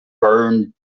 burned